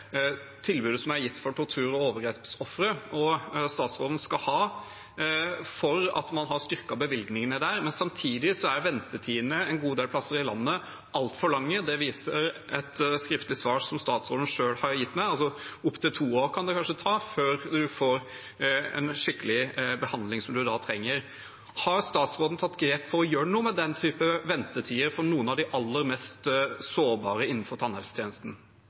tilbudet som er gitt til tortur- og overgrepsofre, og statsråden skal ha for at man har styrket bevilgningene der. Samtidig er ventetidene en god del steder i landet altfor lange. Det viser et skriftlig svar som statsråden selv har gitt meg – opptil to år kan det kanskje ta før man får en skikkelig behandling som man trenger. Har statsråden tatt grep for å gjøre noe med den type ventetider i tannhelsetjenesten for noen av de aller mest sårbare?